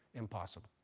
impossible.